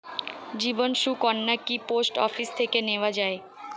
জীবন সুকন্যা কি post office থেকে নেওয়া যায়?